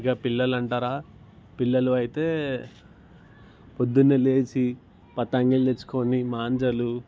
ఇహ పిల్లలు అంటారా పిల్లలు అయితే పొద్దునే లేచి పతంగులు తెచ్చుకుని మాంజాలు